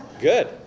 Good